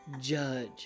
judge